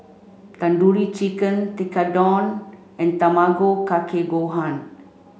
Tandoori Chicken Tekkadon and Tamago Kake Gohan